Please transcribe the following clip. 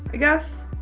i guess.